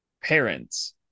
parents